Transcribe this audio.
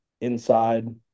inside